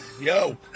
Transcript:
Yo